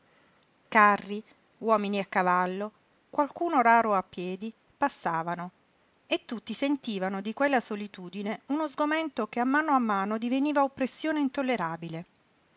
carri uomini a cavallo qualcuno raro a piedi passavano e tutti sentivano di quella solitudine uno sgomento che a mano a mano diveniva oppressione intollerabile